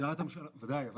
בוודאי,